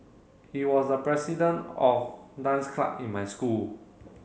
he was the president of dance club in my school